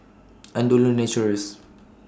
Andalou Naturals